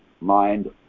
mind